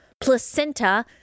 placenta